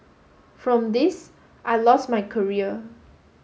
from this I lost my career